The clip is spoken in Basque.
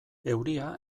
euria